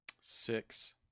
Six